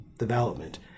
Development